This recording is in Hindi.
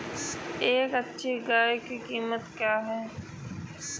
एक अच्छी गाय की कीमत क्या है?